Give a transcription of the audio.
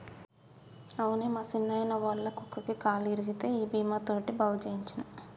అవునే మా సిన్నాయిన, ఒళ్ళ కుక్కకి కాలు ఇరిగితే ఈ బీమా తోటి బాగు సేయించ్చినం